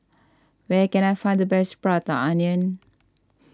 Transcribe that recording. where can I find the best Prata Onion